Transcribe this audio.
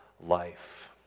life